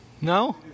No